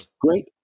Great